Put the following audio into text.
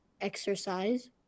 exercise